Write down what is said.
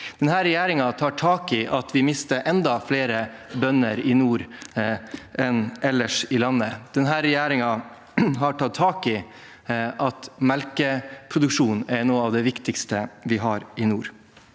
regjeringen tar tak i at vi mister enda flere bønder i nord enn ellers i landet. Denne regjeringen har tatt tak i at melkeproduksjonen er noe av det viktigste vi har i nord.